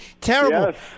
terrible